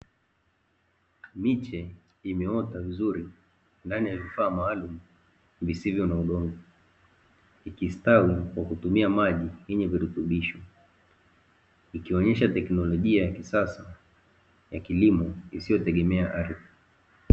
Miche imeota vizuri ndani ya vifaa maalumu visivyo na udongo, ikistawi kwa kutumia maji yenye virutubisho, ikionyesha teknolojia ya kisasa ya kilimo isiyotegemea ardhi.